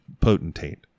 potentate